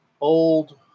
old